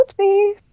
Oopsie